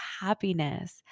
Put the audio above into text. happiness